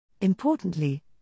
Importantly